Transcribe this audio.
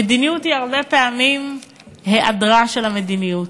המדיניות הרבה פעמים היא היעדרה של מדיניות.